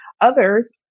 Others